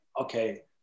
okay